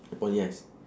oh yes